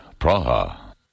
Praha